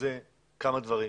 בחוזה כמה דברים.